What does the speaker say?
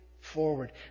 forward